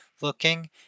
looking